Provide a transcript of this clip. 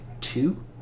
two